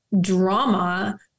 drama